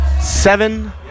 seven